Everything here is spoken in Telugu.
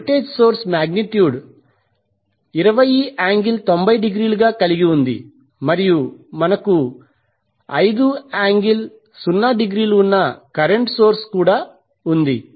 వోల్టేజ్ సోర్స్ మాగ్నిట్యూడ్ 2090° గా కలిగి ఉంది మరియు మనకు 50° ఉన్న కరెంట్ సోర్స్ కూడా ఉంది